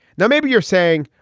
now, maybe you're saying,